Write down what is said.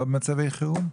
לא במצבי חירום?